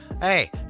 Hey